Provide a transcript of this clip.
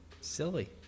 silly